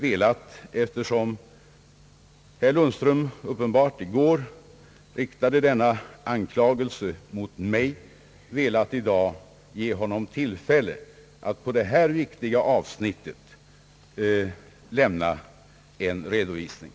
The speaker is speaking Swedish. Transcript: Eftersom herr Lundström uppenbart i går riktade denna anklagelse mot mig, har jag i dag velat begagna tillfället att lämna honom en redovisning på detta viktiga avsnitt.